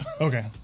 Okay